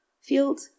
field